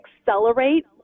accelerate